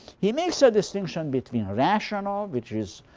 he makes a distinction between rational, which is